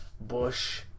Bush